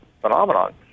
Phenomenon